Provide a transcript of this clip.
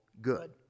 good